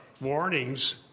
warnings